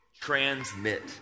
transmit